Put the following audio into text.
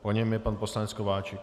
Po něm je pan poslanec Kováčik.